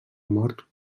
mort